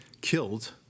killed